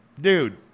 dude